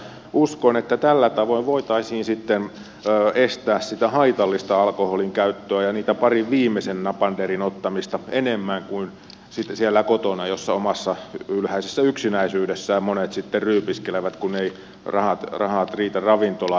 uskon että tällä tavoin voitaisiin sitten estää sitä haitallista alkoholinkäyttöä ja niitä parin viimeisen napanterin ottamista enemmän kuin sitten siellä kotona jossa omassa ylhäisessä yksinäisyydessään monet sitten ryypiskelevät kun eivät rahat riitä ravintolaan